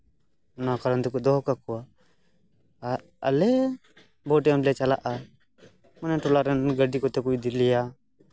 ᱱᱚᱣᱟ ᱠᱟᱨᱚᱱ ᱛᱮᱠᱚ ᱫᱚᱦᱚ ᱠᱟᱠᱚᱣᱟ ᱟᱨ ᱟᱞᱮ ᱵᱷᱳᱴ ᱮᱢᱞᱮ ᱪᱟᱞᱟᱜᱼᱟ ᱢᱟᱱᱮ ᱴᱚᱞᱟᱨᱮᱱ ᱜᱟᱹᱰᱤ ᱠᱚᱛᱮ ᱠᱚ ᱤᱫᱤ ᱞᱮᱭᱟ